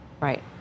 Right